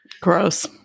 Gross